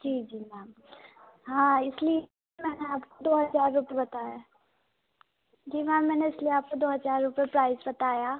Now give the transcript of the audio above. जी जी मैम हाँ इसलिए मैंने आपको दो हजार रुपए बताया है जी मैम मैंने इसलिए आपको दो हजार रुपए प्राइज़ बताया